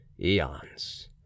eons